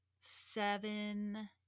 seven